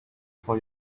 for